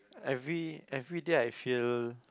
every everyday I feel